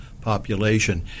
population